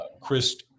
Chris